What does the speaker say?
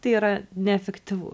tai yra neefektyvu